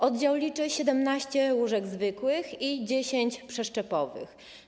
Oddział liczy 17 łóżek zwykłych i 10 przeszczepowych.